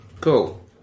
Cool